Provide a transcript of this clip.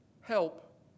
help